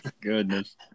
Goodness